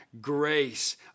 grace